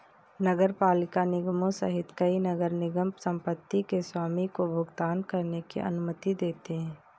नगरपालिका निगमों सहित कई नगर निगम संपत्ति के स्वामी को भुगतान करने की अनुमति देते हैं